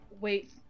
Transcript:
wait